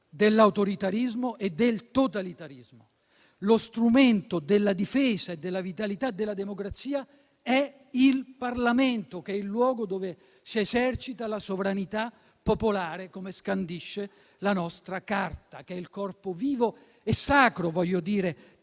dell'autoritarismo e del totalitarismo. Lo strumento della difesa e della vitalità della democrazia è il Parlamento, che è il luogo dove si esercita la sovranità popolare, come scandisce la nostra Carta, che è il corpo vivo e "sacro" della